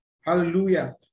Hallelujah